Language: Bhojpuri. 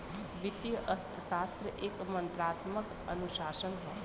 वित्तीय अर्थशास्त्र एक मात्रात्मक अनुशासन हौ